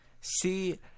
See